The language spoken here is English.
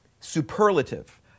superlative